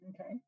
okay